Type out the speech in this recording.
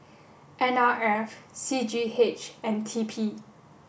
N R F C G H and T P